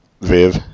Viv